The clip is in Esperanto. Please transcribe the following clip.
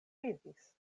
vidis